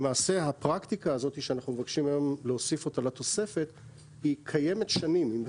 למעשה הפרקטיקה הזאת שאנחנו מבקשים היום להוסיף אותה לתוספת קיימת שנים.